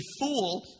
fool